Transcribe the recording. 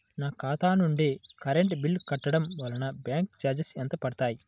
నా ఖాతా నుండి కరెంట్ బిల్ కట్టడం వలన బ్యాంకు చార్జెస్ ఎంత పడతాయా?